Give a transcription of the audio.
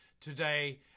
today